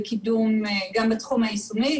בקידום גם בתחום היישומי,